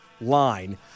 line